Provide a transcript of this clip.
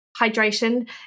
hydration